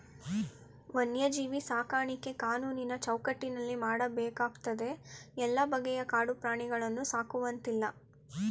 ವನ್ಯಜೀವಿ ಸಾಕಾಣಿಕೆ ಕಾನೂನಿನ ಚೌಕಟ್ಟಿನಲ್ಲಿ ಮಾಡಬೇಕಾಗ್ತದೆ ಎಲ್ಲ ಬಗೆಯ ಕಾಡು ಪ್ರಾಣಿಗಳನ್ನು ಸಾಕುವಂತಿಲ್ಲ